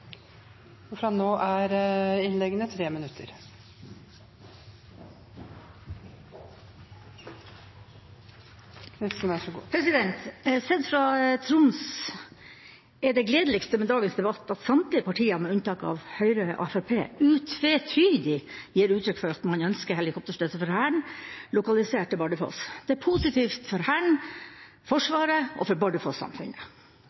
Sett fra Troms er det gledeligste med dagens debatt at samtlige partier, med unntak av Høyre og Fremskrittspartiet, utvetydig gir uttrykk for at man ønsker helikopterstøtte for Hæren lokalisert til Bardufoss. Det er positivt for Hæren,